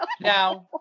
Now